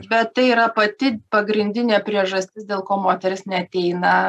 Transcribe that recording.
bet tai yra pati pagrindinė priežastis dėl ko moteris neateina